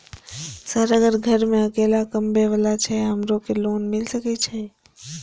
Sir अगर घर में अकेला कमबे वाला छे हमरो के लोन मिल सके छे?